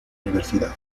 universidad